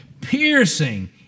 Piercing